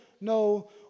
no